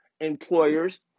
employers